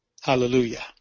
Hallelujah